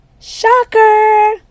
Shocker